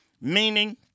meaning